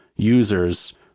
users